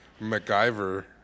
MacGyver